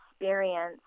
experience